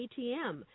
ATM